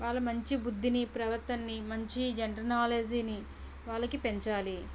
వాళ్ళ మంచి బుద్ధిని ప్రవర్తనని మంచి జనరల్ నాలెడ్జిని వాళ్ళకి పెంచాలి